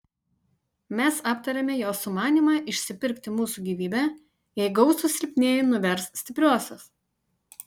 mes aptarėme jo sumanymą išsipirkti mūsų gyvybę jei gausūs silpnieji nuvers stipriuosius